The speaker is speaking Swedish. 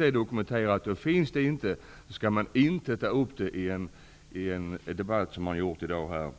Om detta inte finns dokumenterat, skall man inte ta upp den frågan i en debatt på det sätt som man har gjort här i dag.